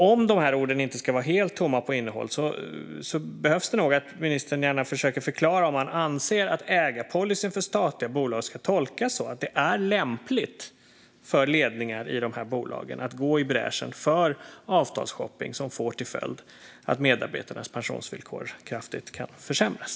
Om dessa ord inte ska vara helt tomma på innehåll behövs det nog att ministern försöker förklara om han anser att ägarpolicyn för statliga bolag ska tolkas så att det är lämpligt för ledningar i dessa bolag att gå i bräschen för avtalsshopping som får till följd att medarbetarnas pensionsvillkor kraftigt kan försämras.